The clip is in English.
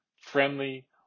friendly